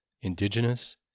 indigenous